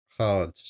Hard